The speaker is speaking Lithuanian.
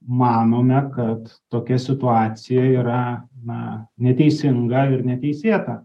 manome kad tokia situacija yra na neteisinga ir neteisėta